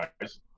guys